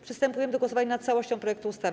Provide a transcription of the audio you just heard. Przystępujemy do głosowania nad całością projektu ustawy.